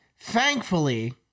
thankfully